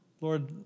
Lord